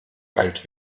alt